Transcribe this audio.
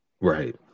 Right